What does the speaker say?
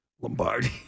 Lombardi